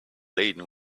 laden